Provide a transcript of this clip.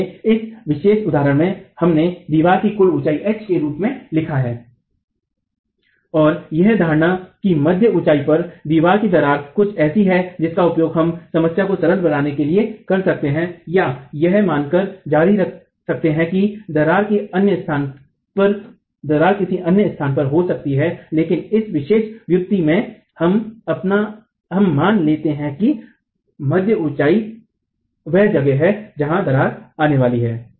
इसलिए इस विशेष उदाहरण में हमने दीवार की कुल ऊंचाई h के रूप में लिया है और यह धारणा कि मध्य ऊंचाई पर दीवार की दरार कुछ ऐसी है जिसका उपयोग हम समस्या को सरल बनाने के लिए कर सकते हैं या यह मानकर जारी रख सकते हैं कि दरार किसी अन्य स्थान पर हो सकती है लेकिन इस विशेष व्युत्पत्ति में हम मान लेते हैं कि मध्य ऊँचाई वह जगह है जहाँ दरार आने वाली है